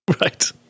Right